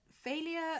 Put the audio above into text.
failure